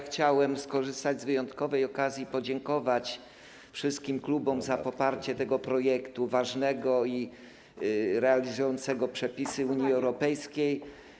Chciałbym skorzystać z wyjątkowej okazji i podziękować wszystkim klubom za poparcie tego projektu, ważnego i realizującego przepisy Unii Europejskiej.